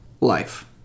life